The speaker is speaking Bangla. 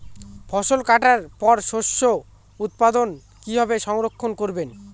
ফসল কাটার পর শস্য উৎপাদন কিভাবে সংরক্ষণ করবেন?